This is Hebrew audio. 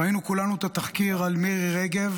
ראינו כולנו את התחקיר על מירי רגב,